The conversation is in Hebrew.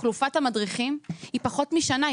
תחלופת המדריכים היא פחות משנה,